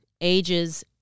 ages